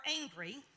angry